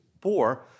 poor